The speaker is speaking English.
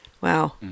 Wow